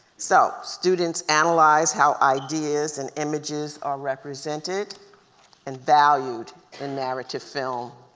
so students analyze how ideas and images are represented and valued in narrative film,